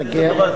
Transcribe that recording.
אל תפריע.